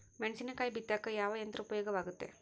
ಮೆಣಸಿನಕಾಯಿ ಬಿತ್ತಾಕ ಯಾವ ಯಂತ್ರ ಉಪಯೋಗವಾಗುತ್ತೆ?